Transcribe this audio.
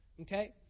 Okay